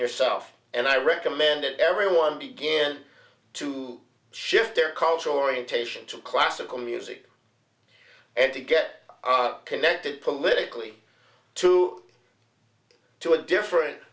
yourself and i recommend everyone began to shift their cultural orientation to classical music and to get connected politically to to a different